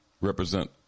represent